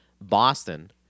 Boston